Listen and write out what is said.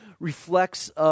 reflects